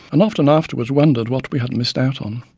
and often afterwards wondered what we had missed out on.